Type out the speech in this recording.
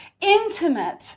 intimate